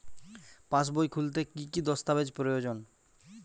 পাসবই খুলতে কি কি দস্তাবেজ প্রয়োজন?